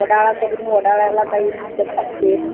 वडाळा करून वडाळ्याला काही मिनटं थांबते